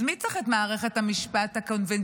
אז מי צריך את מערכת המשפט הקונבנציונלית?